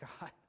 God